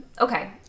Okay